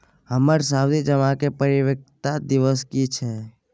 हमर सावधि जमा के परिपक्वता दिवस की छियै?